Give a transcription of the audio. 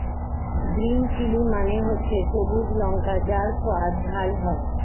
green chilli মানে হচ্ছে সবুজ লঙ্কা যার স্বাদ ঝাল হয়